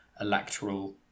electoral